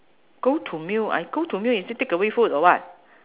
go to meal I go to meal is t~ takeaway food or what